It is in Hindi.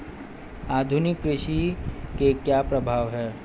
आधुनिक कृषि के क्या प्रभाव हैं?